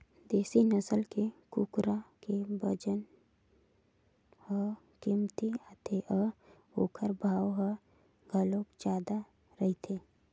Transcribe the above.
देसी नसल के कुकरा के बजन ह कमती आथे त ओखर भाव ह घलोक जादा रहिथे